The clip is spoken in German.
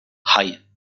hei